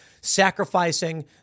sacrificing